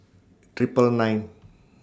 Triple nine